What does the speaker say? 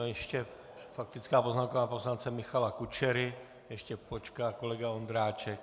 Ještě faktická poznámka pana poslance Michala Kučery, ještě počká kolega Ondráček.